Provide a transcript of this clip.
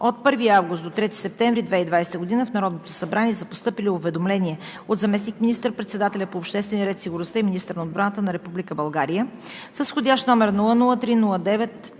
от 1 август до 3 септември 2020 г. в Народното събрание са постъпили уведомления от заместник министър председателя по обществения ред и сигурността и министър на отбраната на Република България